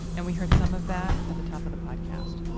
and we heard some of that at the top of the podcast